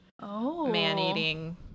man-eating